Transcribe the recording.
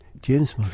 James